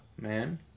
man